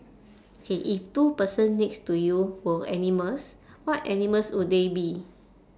okay if two person next to you were animals what animals would they be